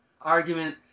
Argument